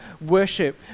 worship